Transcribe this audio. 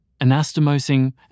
Anastomosing